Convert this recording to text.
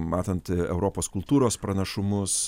matant europos kultūros pranašumus